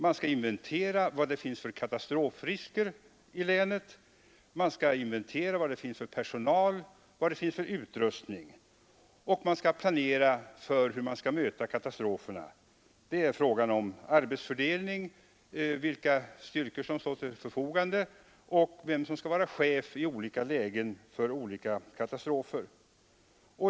Man skall inventera vilka katastrofrisker som finns i länet, vad det finns för personal och utrustning, och om man skall planera för hur man skall möta katastrofer. Det är fråga om arbetsfördelning, vilka styrkor som står till förfogande och vem som skall vara chef i olika lägen vid olika katastrofer.